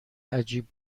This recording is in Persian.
عجیب